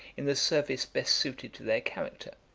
in the service best suited to their character,